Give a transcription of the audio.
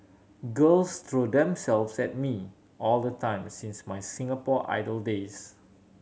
girls throw themselves at me all the time since my Singapore Idol days